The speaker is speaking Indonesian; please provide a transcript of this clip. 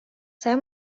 saya